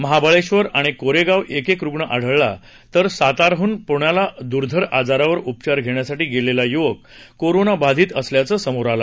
महाबळेश्वर आणि कोरेगाव एकेक रुग्ण आढळला तर सातारहून पुण्याला दुर्धर आजारावर उपचार घेण्यासाठी गेलेला युवक कोरोना बाधित असल्याचे समोर आलं